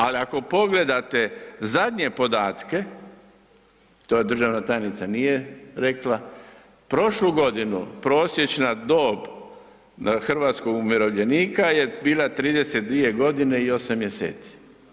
Ali ako pogledate zadnje podatke, to državna tajnica nije rekla, prošlu godinu prosječna dob hrvatskog umirovljenika je bila 32 godine i 8 mjeseci.